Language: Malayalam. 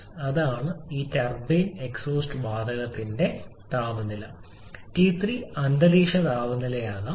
ആണ് ഇത് ടർബൈൻ എക്സോസ്റ്റ് വാതകത്തിന്റെ താപനിലയാണ് ടി 3 അന്തരീക്ഷ താപനിലയാകാം